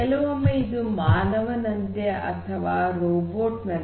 ಕೆಲವೊಮ್ಮೆ ಇದು ಮಾನವನಂತೆ ಅಥವಾ ರೋಬೋಟ್ ನಂತೆ